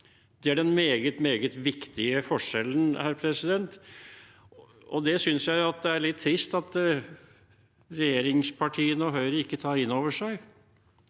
Det er den meget, meget viktige forskjellen, og det synes jeg er litt trist at regjeringspartiene og Høyre ikke tar inn over seg.